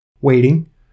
waiting